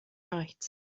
right